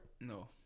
No